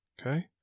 Okay